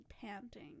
panting